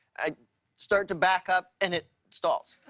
i start to back up, and it stalls.